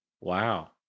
Wow